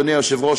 אדוני היושב-ראש,